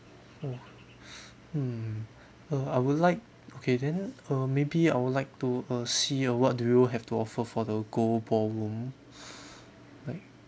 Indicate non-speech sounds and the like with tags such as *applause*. oh *breath* mm uh I would like okay then uh maybe I would like to uh see uh what do you have to offer for the gold ballroom like